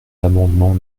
l’amendement